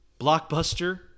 Blockbuster